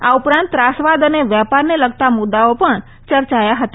આ ઉપરાંત ત્રાસવાદ અને વેપારને લગતા મુદ્દાઓ પણ ચર્ચાયા હતા